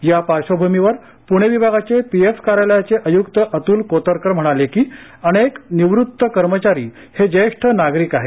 या पार्श्वभूमीवर पूणे विभागाचे पीएफ कार्यालयाचे आयुक्त अतूल कोतकर म्हणाले की अनेक निवृत्त कर्मचारी हे ज्येष्ठ नागरिक आहेत